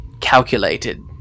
calculated